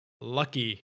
lucky